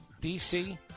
DC